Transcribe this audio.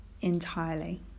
entirely